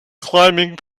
climbing